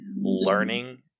Learning